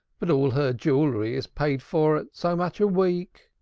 but all her jewelry is paid for at so much a week.